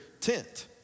tent